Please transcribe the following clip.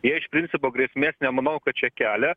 jie iš principo grėsmės nemanau kad čia kelia